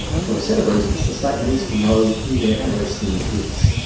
for a set of reasons, the state needs to know who their arrestee is,